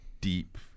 deep